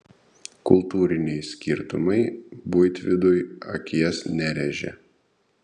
kultūriniai skirtumai buitvidui akies nerėžė